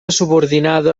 subordinada